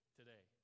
today